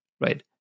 right